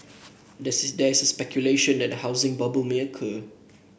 there is speculation that a housing bubble may occur